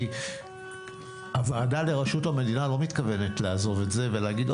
כי הוועדה לרשות המדינה לא מתכוונת לעזוב את זה ולהגיד,